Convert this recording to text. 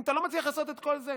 אם אתה לא מצליח לעשות את כל זה,